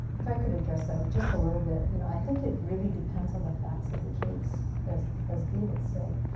if i could address that. so just a little bit. you know i think it really depends on the facts of the case. as as david said.